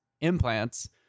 implants